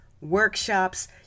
workshops